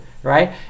right